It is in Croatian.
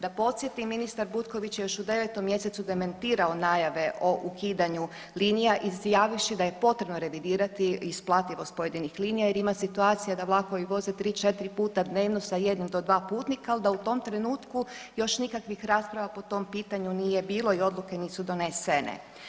Da podsjetim, ministar Butković je još u 9. mjesecu demantirao najave o ukidanju linija izjavivši da je potrebno redivirati isplativost pojedinih linija jer ima situacija da vlakovi voze 3-4 puta dnevno sa 1 do 2 putnika, al da u tom trenutku još nikakvih rasprava po tom pitanju nije bilo i odluke nisu donesene.